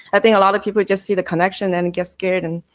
i think a lot of people just see the connection and it gets scared and